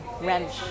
wrench